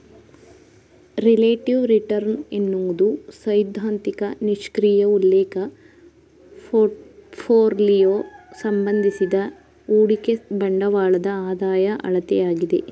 relative return ಎನ್ನುವುದು ಸೈದ್ಧಾಂತಿಕ ನಿಷ್ಕ್ರಿಯ ಉಲ್ಲೇಖ ಪೋರ್ಟ್ಫೋಲಿಯೋ ಸಂಬಂಧಿಸಿದ ಹೂಡಿಕೆ ಬಂಡವಾಳದ ಆದಾಯ ಅಳತೆಯಾಗಿದೆ